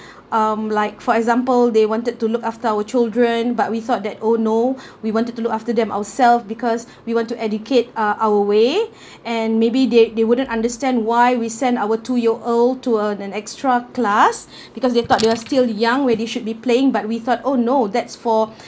um like for example they wanted to look after our children but we thought that oh no we wanted to look after them ourselves because we want to educate uh our way and maybe they they wouldn't understand why we sent our two year old to a an extra class because they thought they are still young where they should be playing but we thought oh no that's for